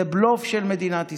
זה בלוף של מדינת ישראל.